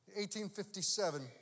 1857